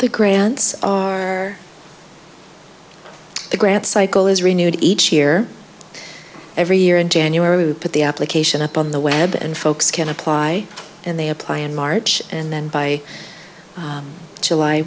the grant cycle is renewed each year every year in january we put the application up on the web and folks can apply and they apply in march and then by july